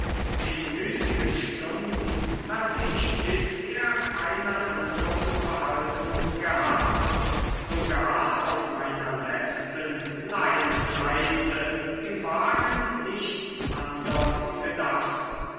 in müßigen stunden hatte ich bisher keine andere unterhaltung gehabt sogar auf meiner letzten kleinen reise im wagen nichts anders gedacht